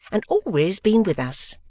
and always been with us.